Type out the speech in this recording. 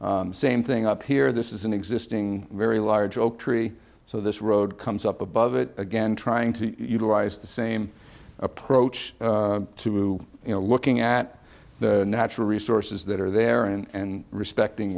same thing up here this is an existing very large oak tree so this road comes up above it again trying to utilize the same approach to looking at the natural resources that are there and respecting